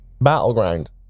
battleground